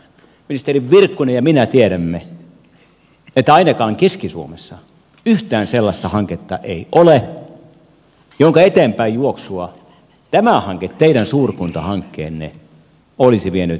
ministeri virkkunen ja minä tiedämme että ainakaan keski suomessa yhtään sellaista hanketta ei ole jonka eteenpäinjuoksua tämä hanke teidän suurkuntahankkeenne olisi vienyt eteenpäin